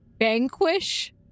vanquish